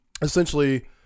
essentially